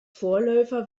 vorläufer